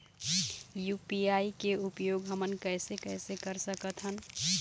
UPI के उपयोग हमन कैसे कैसे कर सकत हन?